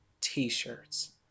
t-shirts